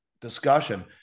discussion